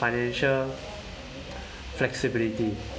financial flexibility